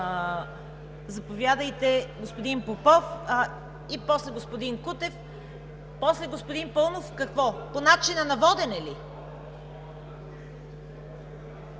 Заповядайте, господин Попов. После – господин Кутев, после – господин Паунов. Какво, по начина на водене ли?